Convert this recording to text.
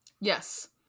Yes